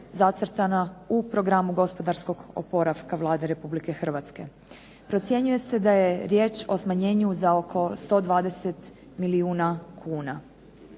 zacrtana u programu gospodarskog oporavka Vlade Republike Hrvatske. Procjenjuje se da je riječ o smanjenju za oko 120 milijuna kuna.